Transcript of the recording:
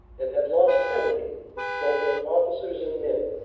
and had lost heavily both in officers and men.